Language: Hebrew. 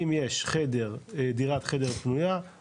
אם יש דירת חדר פנויה,